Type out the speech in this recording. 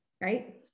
right